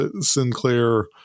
Sinclair